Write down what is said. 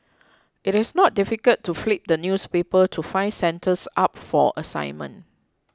it is not difficult to flip the newspapers to find centres up for assignment